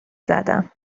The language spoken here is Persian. زدم